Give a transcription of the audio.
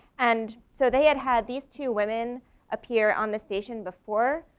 and so they had had these two women appear on the station before.